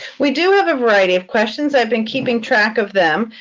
we do have a variety of questions. i've been keeping track of them.